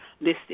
listed